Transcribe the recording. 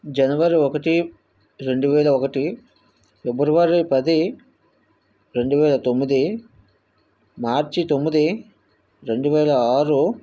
జనవరి ఒకటి రెండు వేల ఒకటి ఫిబ్రవరి పది రెండు వేల తొమ్మిది మార్చి తొమ్మిది రెండు వేల ఆరు